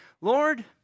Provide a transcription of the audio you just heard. Lord